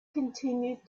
continued